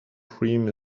cream